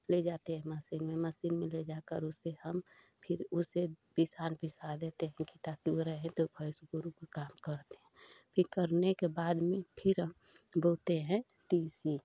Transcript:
ले जाते हैं मशीन में मशीन में लेजा कर उसे हम फ़िर उसे पिसान पिसा देते हैं क्योंकि ताकि वह रहे तो कोई से पूरा काम कर दे यह करने के बाद में फ़िर बोते हैं टीसी